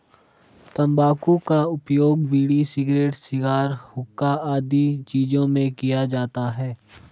तंबाकू का उपयोग बीड़ी, सिगरेट, शिगार, हुक्का आदि चीजों में किया जाता है